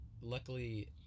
luckily